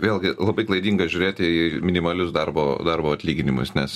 vėlgi labai klaidinga žiūrėti į minimalius darbo darbo atlyginimus nes